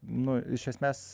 nu iš esmės